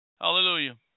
Hallelujah